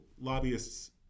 lobbyists